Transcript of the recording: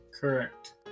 Correct